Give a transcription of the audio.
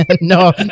no